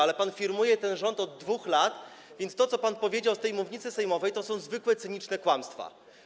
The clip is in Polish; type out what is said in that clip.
Ale pan firmuje ten rząd od 2 lat, więc to, co pan powiedział z tej mównicy sejmowej, to są zwykłe cyniczne kłamstwa.